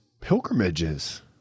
Pilgrimages